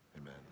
Amen